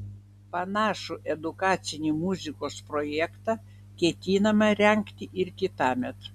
panašų edukacinį muzikos projektą ketinama rengti ir kitąmet